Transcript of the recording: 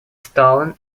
stolen